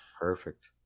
Perfect